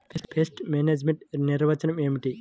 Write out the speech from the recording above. Pest management నిర్వచనం ఏమిటి?